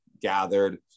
gathered